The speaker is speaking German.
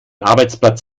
arbeitsplatz